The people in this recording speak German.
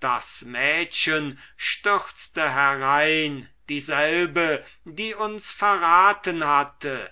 das mädchen stürzte herein dieselbe die uns verraten hatte